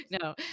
no